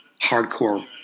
hardcore